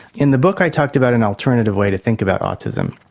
in the book i talked about an alternative way to think about autism,